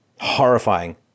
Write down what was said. horrifying